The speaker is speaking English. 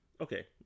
okay